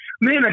Man